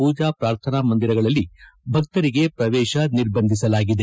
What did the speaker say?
ಪೂಜಾ ಪ್ರಾರ್ಥನಾ ಮಂದಿರಗಳಲ್ಲಿ ಭಕ್ತಿಂಗೆ ಪ್ರವೇಶ ನಿರ್ಬಂಧಿಸಲಾಗಿದೆ